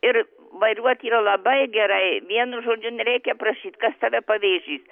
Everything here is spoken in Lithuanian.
ir vairuoti yra labai gerai vienu žodžiu nereikia prašyt kas tave pavėžys